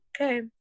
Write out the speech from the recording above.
okay